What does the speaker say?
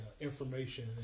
information